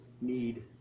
need